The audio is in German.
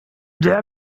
der